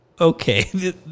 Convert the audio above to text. okay